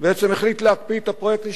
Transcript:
בעצם החליט להקפיא את הפרויקט לשנתיים.